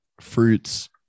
fruits